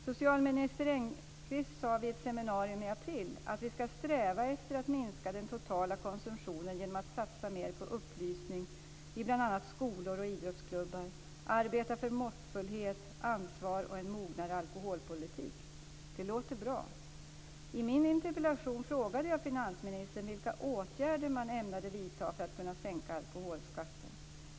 Socialminister Engqvist sade vid ett seminarium i april att vi skall sträva efter att minska den totala konsumtionen genom att satsa mer på upplysning i bl.a. skolor och idrottsklubbar, arbeta för måttfullhet, ansvar och en mognare alkoholpolitik. Det låter bra. I min interpellation frågade jag finansministern vilka åtgärder man ämnade vidta för att kunna sänka alkoholskatten.